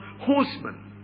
horsemen